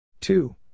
Two